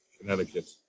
Connecticut